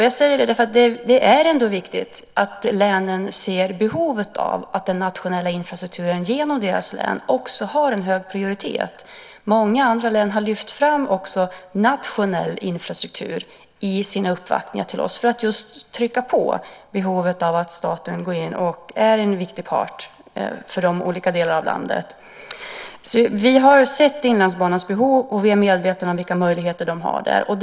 Jag säger detta eftersom det ändå är viktigt att man från länen ser behovet av att den nationella infrastrukturen genom deras län också har en hög prioritet. Många andra län har i sina uppvaktningar hos oss lyft fram också nationell infrastruktur, just för trycka på behovet av att staten går in som en viktig part för deras olika delar av landet. Vi har sett Inlandsbanans behov, och vi är medvetna om vilka möjligheter som där finns.